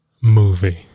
movie